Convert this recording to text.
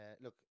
look